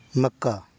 Makkah